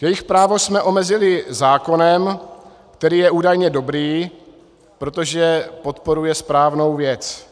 Jejich právo jsme omezili zákonem, který je údajně dobrý, protože podporuje správnou věc.